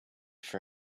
for